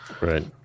Right